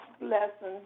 lesson